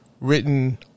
Written